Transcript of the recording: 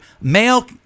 Male